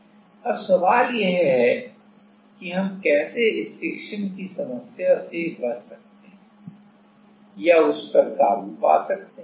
अब सवाल यह है कि हम कैसे स्टिक्शन कि समस्या से बच सकते हैं या उस पर काबू पा सकते हैं